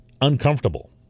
uncomfortable